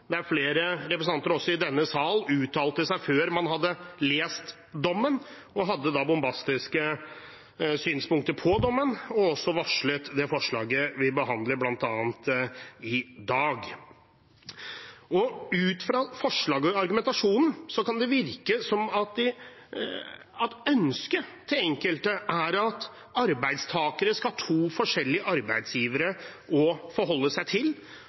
flere representanter i denne sal uttalte seg om før man hadde lest dommen, og hadde da bombastiske synspunkter på dommen og varslet det forslaget vi bl.a. behandler i dag. Ut fra forslaget og argumentasjonen kan det virke som om ønsket til enkelte er at arbeidstakere skal ha to forskjellige arbeidsgivere å forholde seg til,